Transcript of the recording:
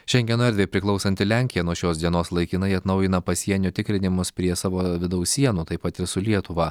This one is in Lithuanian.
šengeno erdvei priklausanti lenkija nuo šios dienos laikinai atnaujina pasienio tikrinimus prie savo vidaus sienų taip pat ir su lietuva